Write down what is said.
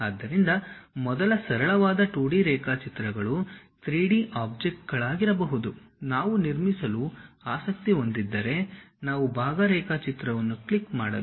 ಆದ್ದರಿಂದ ಮೊದಲ ಸರಳವಾದ 2D ರೇಖಾಚಿತ್ರಗಳು 3D ಆಬ್ಜೆಕ್ಟ್ಗಳಾಗಿರಬಹುದು ನಾವು ನಿರ್ಮಿಸಲು ಆಸಕ್ತಿ ಹೊಂದಿದ್ದರೆ ನಾವು ಭಾಗ ರೇಖಾಚಿತ್ರವನ್ನು ಕ್ಲಿಕ್ ಮಾಡಬೇಕು